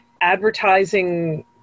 advertising